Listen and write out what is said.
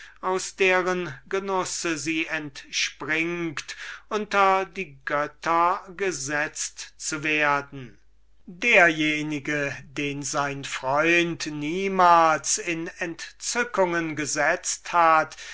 aus deren genuß sie entspringt unter die götter gesetzt zu werden derjenige den sein freund niemals in entzückungen gesetzt hat